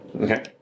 Okay